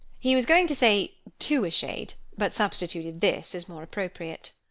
he was going to say to a shade, but substituted this, as more appropriate.